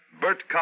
Bert